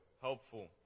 helpful